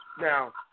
Now